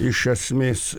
iš esmės